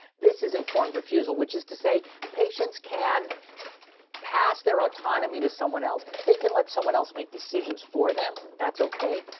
this is informed refusal which is to say patients can pass their autonomy to someone else. they can let someone else make decisions for them, that's okay.